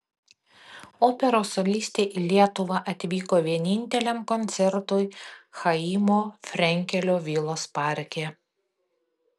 operos solistė į lietuvą atvyko vieninteliam koncertui chaimo frenkelio vilos parke